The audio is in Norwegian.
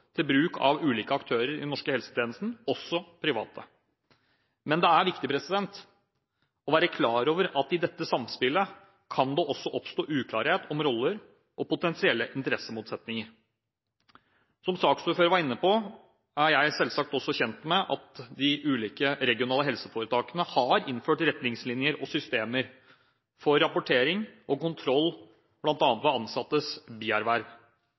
til bruk av ulike aktører i den norske helsetjenesten – også private. Men det er viktig å være klar over at i dette samspillet kan det også oppstå uklarhet om roller og potensielle interessemotsetninger. Som saksordføreren var inne på, er jeg selvsagt også kjent med at de ulike regionale helseforetakene har innført retningslinjer og systemer for rapportering og kontroll, bl.a. av ansattes bierverv.